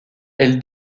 elle